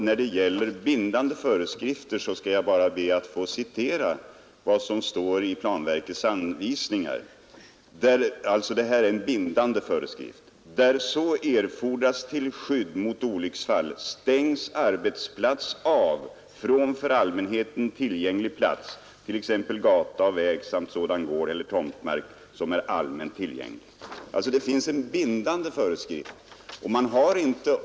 När det gäller bindande föreskrifter skall jag bara be att få citera vad som står i planverkets anvisningar : ”Där så erfordras till skydd mot olycksfall stängs arbetsplats av från för allmänheten tillgänglig plats .” Det finns alltså en bindande föreskrift.